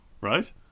Right